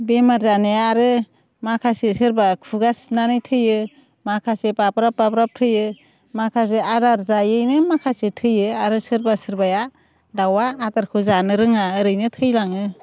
बेमार जानाया आरो माखासे सोरबा खुगा सिनानै थैयो माखासे बाब्राब बाब्राब थैयो माखासे आदार जायैनो माखासे थैयो आरो सोरबा सोरबाया दाउआ आदारखौ जानो रोङा ओरैनो थैलाङो